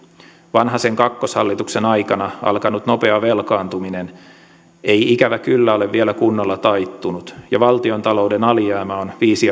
vanhasen kakkoshallituksen aikana alkanut nopea velkaantuminen ei ikävä kyllä ole vielä kunnolla taittunut ja valtiontalouden alijäämä on viisi